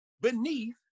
beneath